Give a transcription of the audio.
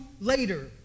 later